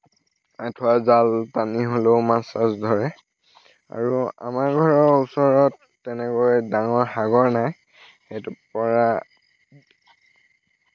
আঠুৱা জাল টানি হ'লেও মাছ চাছ ধৰে আৰু আমাৰ ঘৰৰ ওচৰত তেনেকৈ ডাঙৰ সাগৰ নাই সেইটোৰ পৰা